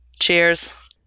cheers